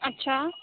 اچھا